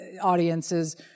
audiences